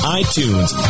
iTunes